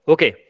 Okay